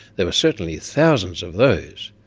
there were certainly thousands of those,